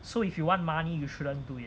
so if you want money you shouldn't do it